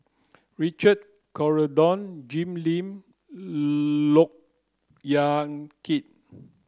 Richard Corridon Jim Lim Look Yan Kit